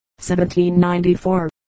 1794